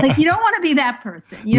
like you don't want to be that person. yeah